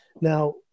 Now